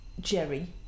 Jerry